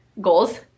goals